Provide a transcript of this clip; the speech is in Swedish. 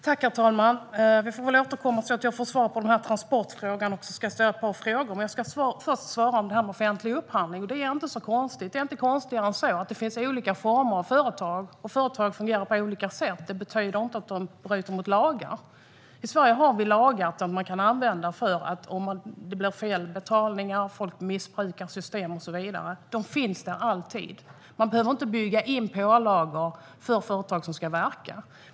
Herr talman! Vi får väl återkomma så att jag får svar också på transportfrågan. Först ska jag svara på frågan om offentlig upphandling. Det är inte konstigare än att det finns olika former av företag som fungerar på olika sätt. Det betyder inte att de bryter mot lagar. Det finns lagar i Sverige som kan tillämpas när det blir fel betalningar, folk missbrukar systemet och så vidare. Reglerna finns alltid, så man behöver inte införa några pålagor för företag som ska verka.